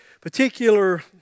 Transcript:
particular